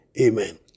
Amen